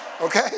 Okay